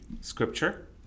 scripture